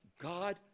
god